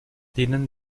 lehnen